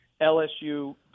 LSU